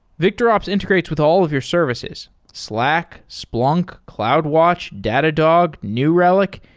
victorops integrates with all of your services slack, splunk, cloudwatch, datadog, new relic,